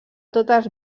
totes